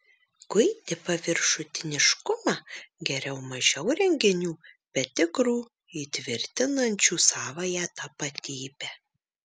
guiti paviršutiniškumą geriau mažiau renginių bet tikrų įtvirtinančių savąją tapatybę